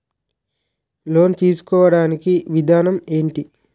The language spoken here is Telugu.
లోన్ తీసుకోడానికి విధానం ఏంటి?